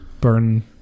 burn